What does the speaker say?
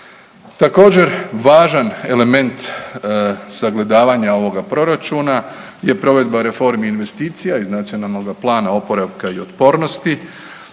Također, važan element sagledavanja ovoga Proračuna je provedba reformi i investicija iz Nacionalnog plana oporavka i otpornosti,